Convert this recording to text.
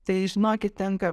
tai žinokit tenka